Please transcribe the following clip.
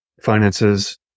finances